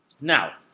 now